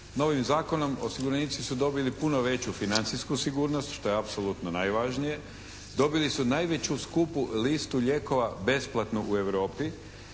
novim zakonom osiguranici su dobili puno veću financijsku sigurnost što je apsolutno najvažnije. Dobili su najveći skupu listu lijekova besplatno u Europi,